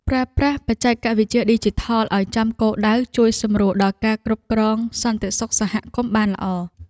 ប្រើប្រាស់បច្ចេកវិទ្យាឌីជីថលឱ្យចំគោលដៅជួយសម្រួលដល់ការគ្រប់គ្រងសន្តិសុខសហគមន៍បានល្អ។